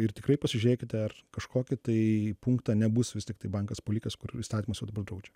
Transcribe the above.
ir tikrai pasižiūrėkite ar kažkokį tai punktą nebus vis tiktai bankas palikęs kur įstatymas draudžia